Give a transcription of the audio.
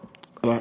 אסור,